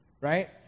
right